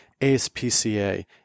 ASPCA